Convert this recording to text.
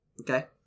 Okay